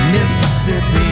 Mississippi